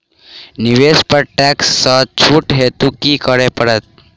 निवेश पर टैक्स सँ छुट हेतु की करै पड़त?